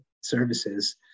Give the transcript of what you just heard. services